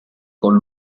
con